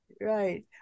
right